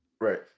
Right